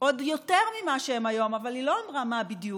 עוד יותר ממה שהן היום, אבל היא לא אמרה מה בדיוק.